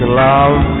love